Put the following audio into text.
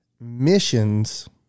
missions